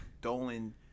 Dolan